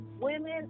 women